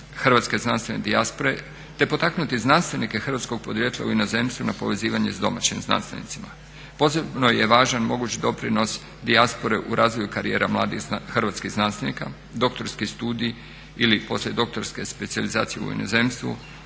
hrvatske znanstvene dijaspore te potaknuti znanstvenike hrvatskog podrijetla u inozemstvu na povezivanje s domaćim znanstvenicima. Posebno je važan moguć doprinos dijaspore u razvoju karijera mladih hrvatskih znanstvenika, doktorski studij ili poslijedoktorske specijalizacije u inozemstvu